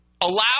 allow